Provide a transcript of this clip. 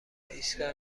ایستگاه